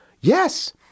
Yes